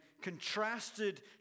contrasted